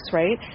right